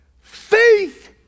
Faith